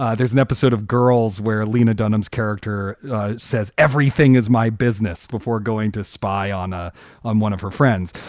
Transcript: ah there's an episode of girls where lena dunham's character says, everything is my business before going to spy on. ah i'm one of her friends,